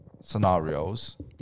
scenarios